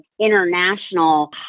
international